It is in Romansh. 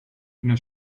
üna